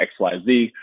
XYZ